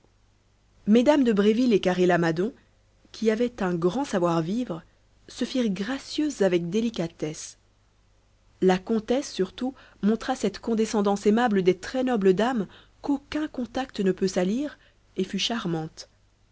mmes de bréville et carré lamadon qui avaient un grand savoir-vivre se firent gracieuses avec délicatesse la comtesse surtout montra cette condescendance aimable des très nobles dames qu'aucun contact ne peut salir et fut charmante